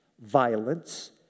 violence